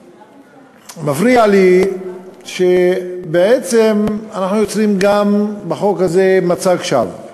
מפריע לי שבעצם אנחנו יוצרים גם בחוק הזה מצג שווא.